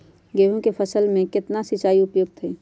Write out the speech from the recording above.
गेंहू के फसल में केतना सिंचाई उपयुक्त हाइ?